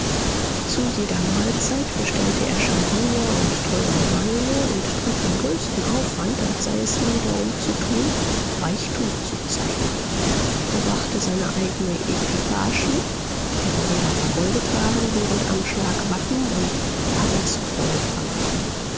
zu jeder mahlzeit bestellte er champagner und teure weine und trieb den größten aufwand als sei es ihm darum zu tun reichtum zu zeigen er brachte seine eigne equipage mit deren räder vergoldet waren während am schlag wappen und adelskrone